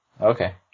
Okay